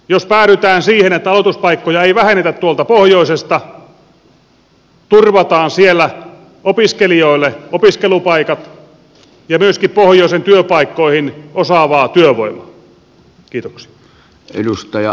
jos päädytään siihen että aloituspaikkoja ei vähennetä tuolta pohjoisesta turvataan siellä opiskelijoille opiskelupaikat ja myöskin pohjoisen työpaikkoihin osaavaa työvoimaa